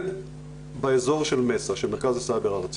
זה באזור של מס"א, של מרכז הסייבר הארצי.